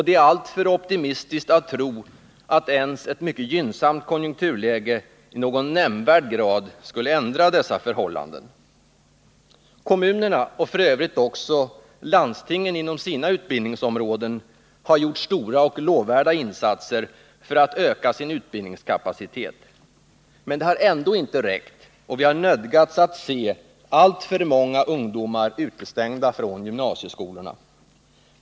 Det är alltför optimistiskt att tro att ens ett mycket gynnsamt konjunkturläge i någon nämnvärd grad skulle ändra dessa förhållanden. Kommunerna, och f. ö. också landstingen inom sina utbildningsområden, har gjort stora och lovvärda insatser för att öka sin utbildningskapacitet. Men det har ändå inte räckt, och vi har nödgats att se alltför många ungdomar utestängda från gymnasieskolorna.